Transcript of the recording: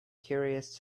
curious